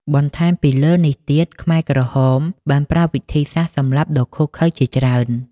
បន្ថែមពីលើនេះទៀតខ្មែរក្រហមបានប្រើវិធីសាស្ត្រសម្លាប់ដ៏ឃោរឃៅជាច្រើន។